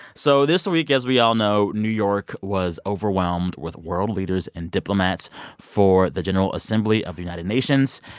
so this week, as we all know, new york was overwhelmed with world leaders and diplomats for the general assembly of the united nations.